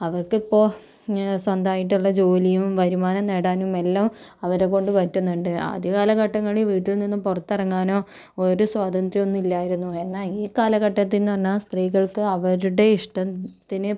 അവർക്ക് ഇപ്പോൾ സ്വന്തയിട്ടുള്ള ജോലിയും വരുമാനം നേടാനും എല്ലാം അവരെ കൊണ്ട് പറ്റുന്നുണ്ട് ആദ്യ കാലഘട്ടങ്ങളിൽ വീട്ടിൽ നിന്നും പുറത്തിറങ്ങാനൊ ഒരു സ്വാതന്ത്ര്യം ഒന്നുല്ലായിരുന്നു എന്നാൽ ഈ കാലഘട്ടത്തിൽ എന്ന് പറഞ്ഞാൽ സ്ത്രീകൾക്ക് അവരുടെ ഇഷ്ടത്തിന്